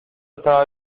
estaba